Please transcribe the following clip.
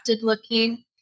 looking